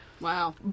wow